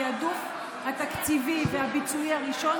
ואני בפירוש אמרתי מהרגע הראשון: התיעדוף התקציבי והביצועי הראשון